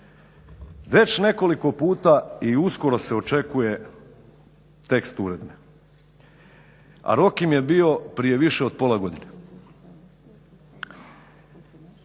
Već nekoliko puta i uskoro se očekuje tekst uredbe. A rok im je bio prije više od pola godine.